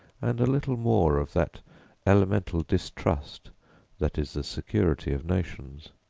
and a little more of that elemental distrust that is the security of nations.